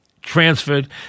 transferred